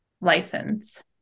license